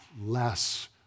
less